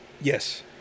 yes